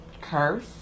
curse